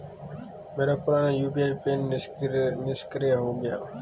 मेरा पुराना UPI pin निष्क्रिय हो गया है